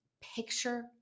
Picture